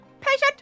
Patient